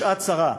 בשעת צרה,